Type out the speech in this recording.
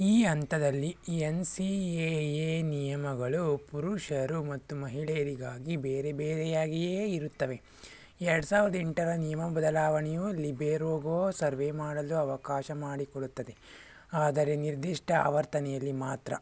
ಈ ಹಂತದಲ್ಲಿ N C A A ನಿಯಮಗಳು ಪುರುಷರು ಮತ್ತು ಮಹಿಳೆಯರಿಗಾಗಿ ಬೇರೆ ಬೇರೆಯಾಗಿಯೇ ಇರುತ್ತವೆ ಎರಡು ಸಾವಿರದ ಎಂಟರ ನಿಯಮ ಬದಲಾವಣೆಯು ಲಿಬೆರೊಗೊ ಸರ್ವೆ ಮಾಡಲು ಅವಕಾಶ ಮಾಡಿಕೊಡುತ್ತದೆ ಆದರೆ ನಿರ್ದಿಷ್ಟ ಆವರ್ತನೆಯಲ್ಲಿ ಮಾತ್ರ